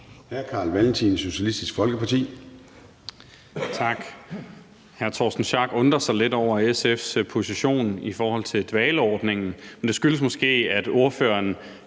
Hr. Carl Valentin, Socialistisk Folkeparti.